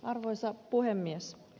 arvoisa puhemies